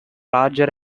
larger